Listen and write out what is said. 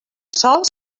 sols